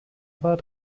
war